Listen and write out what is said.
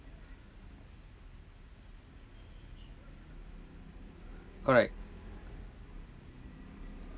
correct